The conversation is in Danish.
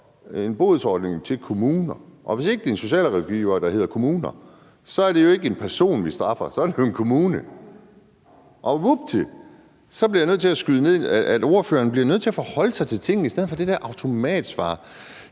en bodsordning til kommuner, og hvis ikke det er en socialrådgiver, der hedder kommuner, er det jo ikke en person, vi straffer, så er det en kommune. Og vupti, så bliver jeg nødt til at skyde det ned. Ordføreren bliver nødt til at forholde sig til tingene i stedet for det der automatsvar.